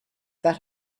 that